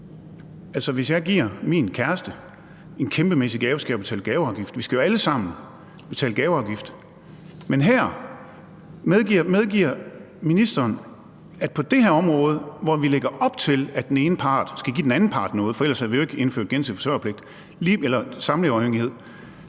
hvis jeg giver min kæreste en kæmpemæssig gave, skal jeg betale gaveafgift. Vi skal jo alle sammen betale gaveafgift. Men medgiver ministeren, at på det her område, hvor vi lægger op til, at den ene part skal give den anden part noget – for ellers havde vi jo ikke indført samleverafhængighed